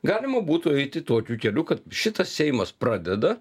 galima būtų eiti tokiu keliu kad šitas seimas pradeda